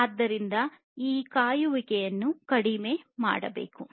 ಆದ್ದರಿಂದ ಈ ಕಾಯುವಿಕೆಯನ್ನು ಕಡಿಮೆ ಮಾಡಬೇಕಾಗಿದೆ